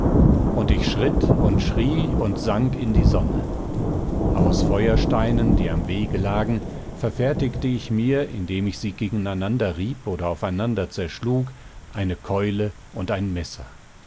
und ich schritt und schrie und sang in die sonne aus feuersteinen die am wege lagen verfertigte ich mir indem ich sie gegeneinander rieb oder aufeinander zerschlug eine keule und ein messer